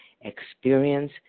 experience